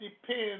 depends